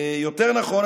יותר נכון,